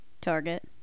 Target